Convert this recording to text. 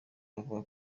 bavuga